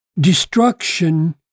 destruction